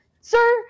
sir